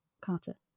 Carter